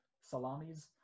Salamis